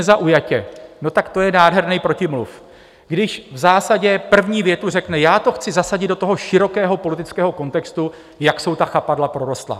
Tak to je nádherný protimluv, když v zásadě první větu řekne: Já to chci zasadit do toho širokého politického kontextu, jak jsou ta chapadla prorostlá.